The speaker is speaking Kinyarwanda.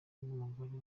n’umugore